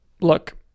look